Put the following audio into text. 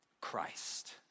Christ